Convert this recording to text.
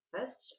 First